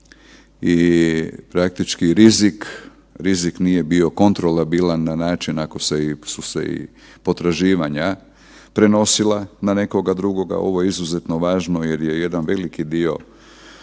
i praktički rizik nije bio kontrolabilan na način ako su se i potraživanja prenosila na nekoga drugoga. Ovo je izuzetno važno jer je jedan veliki dio